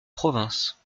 province